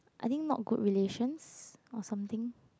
I think not good relations or something